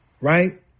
right